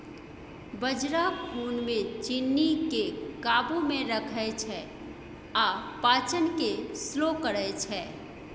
बजरा खुन मे चीन्नीकेँ काबू मे रखै छै आ पाचन केँ स्लो करय छै